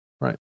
Right